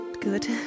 good